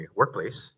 workplace